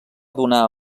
donar